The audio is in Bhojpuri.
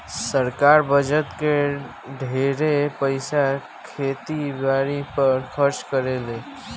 सरकार बजट के ढेरे पईसा खेती बारी पर खर्चा करेले